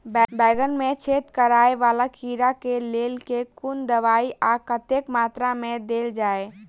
बैंगन मे छेद कराए वला कीड़ा केँ लेल केँ कुन दवाई आ कतेक मात्रा मे देल जाए?